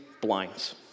blinds